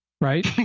Right